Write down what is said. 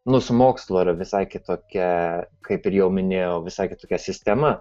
nu su mokslu yra visai kitokia kaip ir jau minėjau visai kitokia sistema